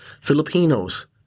Filipinos